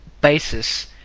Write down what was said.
basis